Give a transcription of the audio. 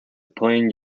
plain